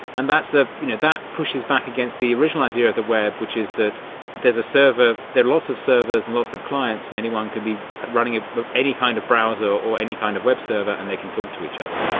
and ah you know that pushes back against the original idea of the web which is that there is a server, there are lots of servers and lots of clients and anyone could be running but any kind of browser or any kind of web server and they can talk to each other.